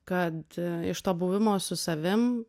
kad iš to buvimo su savim